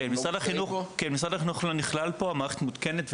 כן, משרד החינוך לא נכלל פה, המערכת מותקנת.